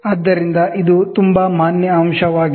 ಆದ್ದರಿಂದ ಇದು ತುಂಬಾ ಮಾನ್ಯ ಅಂಶವಾಗಿದೆ